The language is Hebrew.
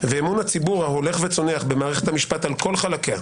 ואמון הציבור ההולך וצונח במערכת המשפט על כל חלקיה,